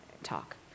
talk